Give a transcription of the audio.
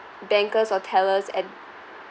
bankers or tellers at